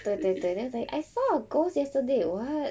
对对对 then it's like I saw a ghost yesterday [what]